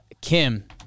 Kim